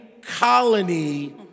colony